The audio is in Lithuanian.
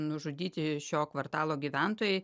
nužudyti šio kvartalo gyventojai